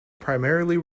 primarily